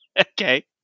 Okay